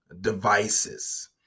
devices